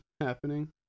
happening